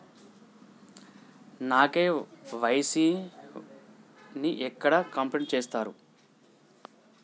నా కే.వై.సీ ని ఎక్కడ కంప్లీట్ చేస్తరు?